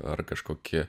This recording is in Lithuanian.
ar kažkokie